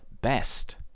best